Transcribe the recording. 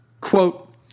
quote